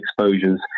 exposures